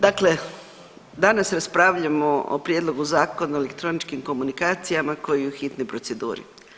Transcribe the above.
Dakle, danas raspravljamo o Prijedlogu zakona o elektroničkim komunikacijama koji je u hitnoj proceduri.